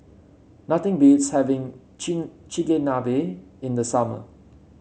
nothing beats having Chigenabe in the summer